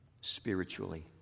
Spiritually